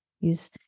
use